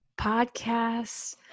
podcasts